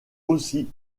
aussi